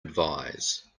advise